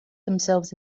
themselves